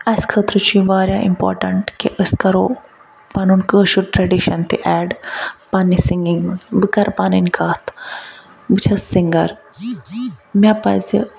اَسہِ خٲطرٕ چھُ یہِ وارِیاہ اِمپاٹنٛٹ کہِ أسۍ کَرو پنُن کٲشُر ٹرٛٮ۪ڈِشَن تہِ اٮ۪ڈ پنٛنہِ سِنٛگنٛگ منٛز بہٕ کَرٕ پنٕنۍ کَتھ بہٕ چھَس سِنٛگر مےٚ پَزِ